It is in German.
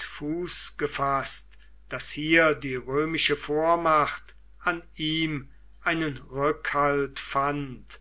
fuß gefaßt daß hier die römische vormacht an ihm einen rückhalt fand